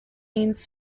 means